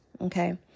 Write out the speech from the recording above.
Okay